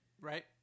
right